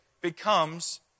becomes